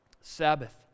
Sabbath